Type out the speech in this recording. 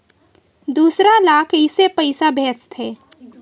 दूसरा ला कइसे पईसा भेजथे?